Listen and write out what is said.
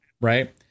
right